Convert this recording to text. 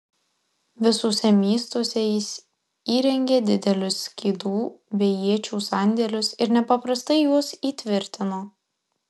visuose miestuose jis įrengė didelius skydų bei iečių sandėlius ir nepaprastai juos įtvirtino